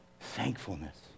Thankfulness